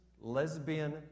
lesbian